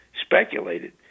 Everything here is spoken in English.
speculated